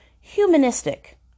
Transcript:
humanistic